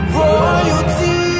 royalty